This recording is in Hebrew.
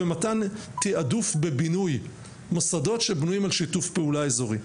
במתן תעדוף בבינוי למוסדות שבנויים על שיתוף פעולה אזורי.